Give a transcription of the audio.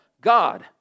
God